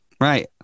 Right